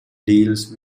deals